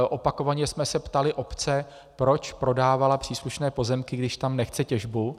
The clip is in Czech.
Opakovaně jsme se ptali obce, proč prodávala příslušné pozemky, když tam nechce těžbu.